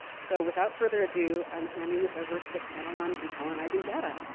so without further ado, i'm handing this over to the panel on decolonizing data.